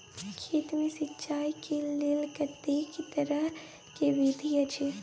खेत मे सिंचाई के लेल कतेक तरह के विधी अछि?